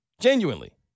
genuinely